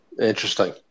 Interesting